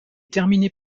terminé